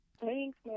Thanks